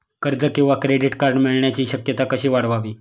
कर्ज किंवा credit card मिळण्याची शक्यता कशी वाढवावी?